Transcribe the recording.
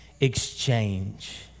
exchange